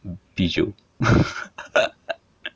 啤酒